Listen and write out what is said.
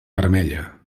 vermella